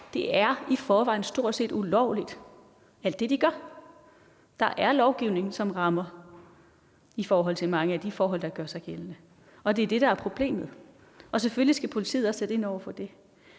de gør, i forvejen stort set ulovligt. Der er lovgivning, som rammer, i forhold til mange af de ting, der gør sig gældende. Og det er de ting, der er problemet. Og selvfølgelig skal politiet sætte ind over for det.